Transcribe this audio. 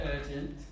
urgent